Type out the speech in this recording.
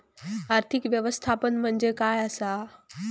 आर्थिक व्यवस्थापन म्हणजे काय असा?